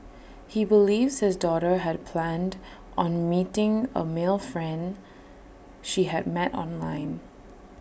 he believes his daughter had planned on meeting A male friend she had met online